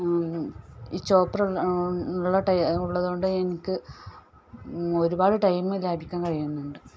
ഈ ചോപ്പറുള്ളത് ഉള്ളത് കൊണ്ട് ഞങ്ങൾക്ക് ഒരുപാട് ടൈംമ് ലാഭിക്കാൻ കഴിയുന്നുണ്ട്